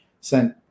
Sent